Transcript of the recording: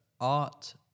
art